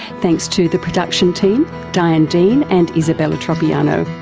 thanks to the production team diane dean and isabella tropiano.